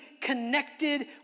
connected